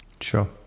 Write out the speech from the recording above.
Sure